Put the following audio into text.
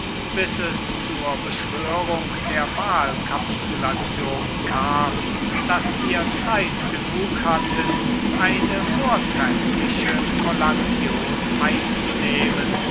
bis es zur beschwörung der wahlkapitulation kam daß wir zeit genug hatten eine vortreffliche kollation einzunehmen